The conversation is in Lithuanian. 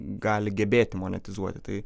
gali gebėti monetizuoti tai